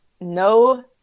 no